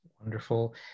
wonderful